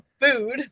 food